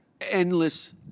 Endless